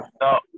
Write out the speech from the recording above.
no